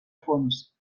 fons